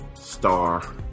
star